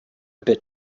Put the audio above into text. bit